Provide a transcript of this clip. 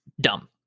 dumb